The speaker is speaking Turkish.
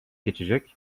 geçecek